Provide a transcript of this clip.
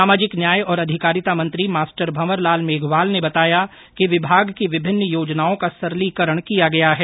सामाजिक न्याय और अधिकारिता मंत्री मास्टर भंवरलाल मेघवाल ने बताया कि विभाग की विभिन्न योजनाओं का सरलीकरण किया गया है